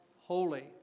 holy